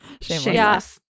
Shameless